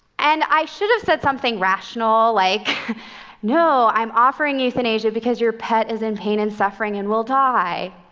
and i should have said something rational, like no, i'm offering euthanasia because your pet is in pain and suffering and will die.